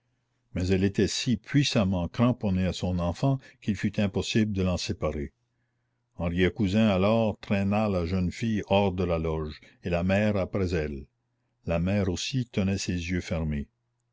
mais elle était si puissamment cramponnée à son enfant qu'il fut impossible de l'en séparer henriet cousin alors traîna la jeune fille hors de la loge et la mère après elle la mère aussi tenait ses yeux fermés